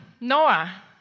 Noah